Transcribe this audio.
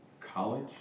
college